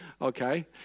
Okay